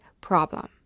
problem